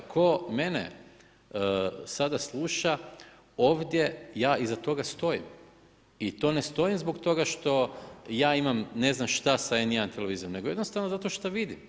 Tko mene sada sluša ovdje ja iza toga stojim i to ne stojim zbog toga što ja imam ne znam šta sa N1 televizijom nego jednostavno zato što vidim.